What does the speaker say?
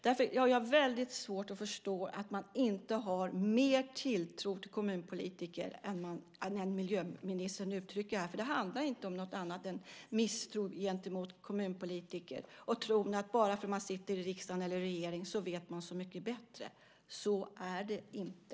Därför har jag väldigt svårt att förstå att man inte har större tilltro till kommunpolitiker än vad miljöministern uttrycker här. Det handlar inte om någonting annat än misstro gentemot kommunpolitiker. Bara för att man sitter i riksdag eller regering så tror man att man vet så mycket bättre. Så är det inte.